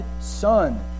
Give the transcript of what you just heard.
Son